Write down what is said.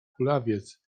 kulawiec